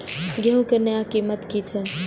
गेहूं के नया कीमत की छे?